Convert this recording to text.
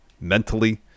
mentally